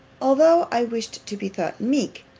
although i wished to be thought meek,